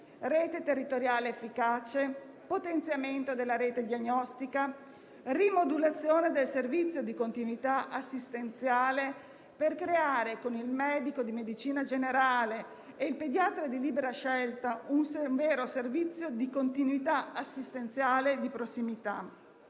rete territoriale efficace, potenziamento della rete diagnostica, rimodulazione del servizio di continuità assistenziale per creare, con il medico di medicina generale e il pediatra di libera scelta, un vero servizio di continuità assistenziale e di prossimità.